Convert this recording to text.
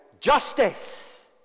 Justice